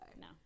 No